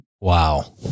Wow